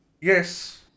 Yes